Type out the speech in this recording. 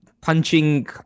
punching